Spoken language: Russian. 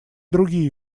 другие